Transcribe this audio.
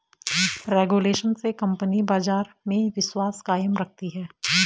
regulation से company बाजार में विश्वास कायम रखती है